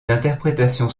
interprétations